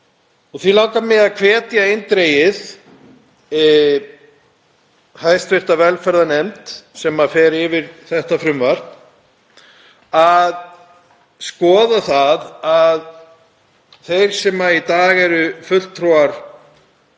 Því langar mig að hvetja eindregið hv. velferðarnefnd, sem fer yfir þetta frumvarp, til að skoða það að þeir sem í dag eru fulltrúar